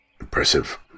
impressive